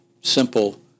simple